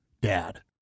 Dad